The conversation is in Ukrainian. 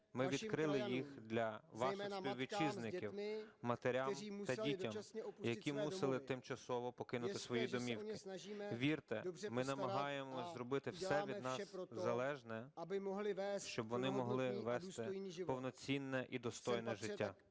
Ми відкрили їх для ваших співвітчизників, матерям та дітям, які мусили тимчасово покинути свої домівки. Вірте, ми намагаємося зробити все від нас залежне, щоб вони могли вести повноцінне і достойне життя.